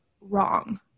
wrong